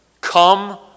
Come